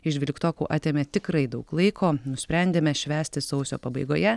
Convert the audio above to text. iš dvyliktokų atėmė tikrai daug laiko nusprendėme švęsti sausio pabaigoje